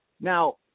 now